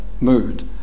mood